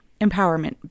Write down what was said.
empowerment